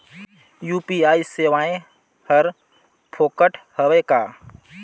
UPI सेवाएं हर फोकट हवय का?